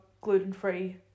gluten-free